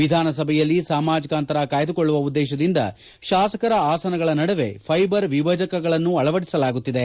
ವಿಧಾನಸಭೆಯಲ್ಲಿ ಸಾಮಾಜಕ ಅಂತರ ಕಾಯ್ದುಕೊಳ್ಳುವ ಉದ್ದೇಶದಿಂದ ಶಾಸಕರ ಆಸನಗಳ ನಡುವೆ ಫೈಬರ್ ವಿಭಜಕಗಳನ್ನು ಅಳವಡಿಸಲಾಗುತ್ತಿದೆ